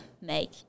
make